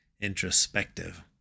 introspective